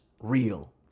real